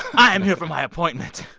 i'm here for my appointment?